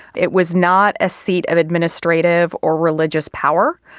it was not a seat of administrative or religious power,